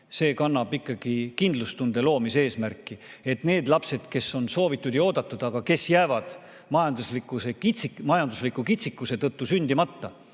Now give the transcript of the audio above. See kannab ikkagi kindlustunde loomise eesmärki, et need lapsed, kes on soovitud ja oodatud, aga kes jäävad majandusliku kitsikuse tõttu sündimata,